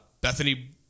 Bethany